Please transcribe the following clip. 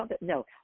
No